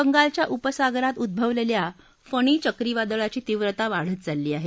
बंगालच्या उपसागरात उड्रवलेल्या फणी चक्रीवादळाची तीव्रता वाढत चालली आहे